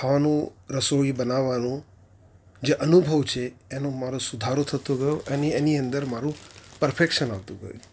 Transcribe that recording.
ખાવાનું રસોઈ બનાવવાનું જે અનુભવ છે એનો મારો સુધારો થતો ગયો અને એની અંદર મારું પરફેક્શન આવતું ગયું